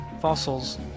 fossils